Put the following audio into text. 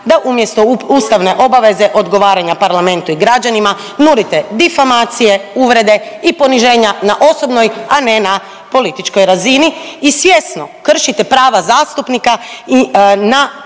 da umjesto ustavne obaveze odgovaranja Parlamentu i građanima nudite difamacije, uvrede i poniženja na osobnoj, a ne na političkoj razini i svjesno kršite prava zastupnika na